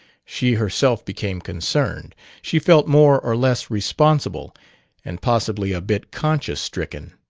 she herself became concerned she felt more or less responsible and possibly a bit conscience-stricken.